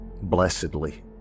Blessedly